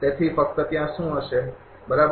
તેથી ફક્ત ત્યાં શું હશે બરાબર